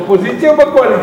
באופוזיציה או בקואליציה?